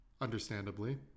understandably